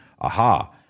aha